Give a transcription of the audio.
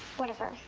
whatever.